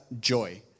joy